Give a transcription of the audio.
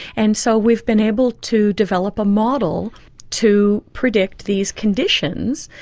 and so we've been able to develop a model to predict these conditions,